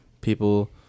People